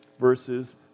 verses